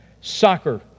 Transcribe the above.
soccer